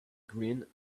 grin